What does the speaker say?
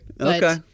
Okay